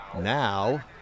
Now